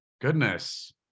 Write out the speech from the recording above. goodness